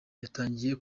yatangiye